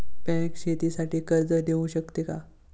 Bank शेतीसाठी कर्ज देऊ शकते का?